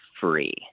free